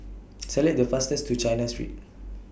Select The fastest to China Street